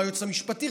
מהיועץ המשפטי.